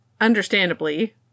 understandably